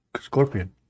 scorpion